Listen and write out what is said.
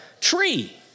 tree